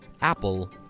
apple